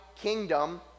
kingdom